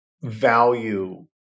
value